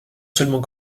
seulement